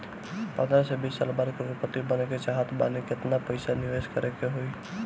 पंद्रह से बीस साल बाद करोड़ पति बने के चाहता बानी केतना पइसा निवेस करे के होई?